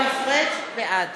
בעד